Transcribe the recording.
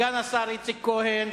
סגן השר איציק כהן,